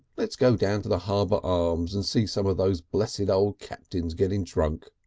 let's go down to the harbour arms and see some of those blessed old captains getting drunk.